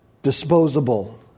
Disposable